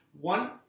one